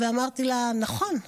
ואמרתי לה: נכון,